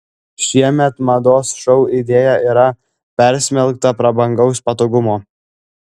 šiemet mados šou idėja yra persmelkta prabangaus patogumo